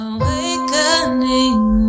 Awakening